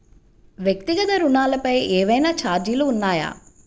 వ్యక్తిగత ఋణాలపై ఏవైనా ఛార్జీలు ఉన్నాయా?